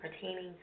pertaining